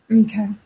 Okay